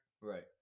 right